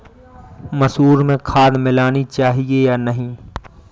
मसूर में खाद मिलनी चाहिए या नहीं?